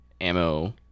Ammo